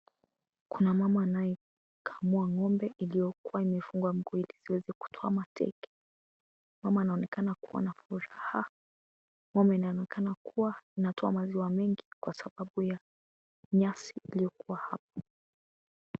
Kuna mama anayeamua ng'ombe vilivyofungwa ili isiweze kutoa mateke mama anaonekana kuwa na furaha ng'ombe inaonekana kuwa na maziwa mengi kwa sababu ya nyasi iliyokuwa hapo.